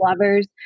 lovers